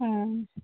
ହଁ